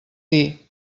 dir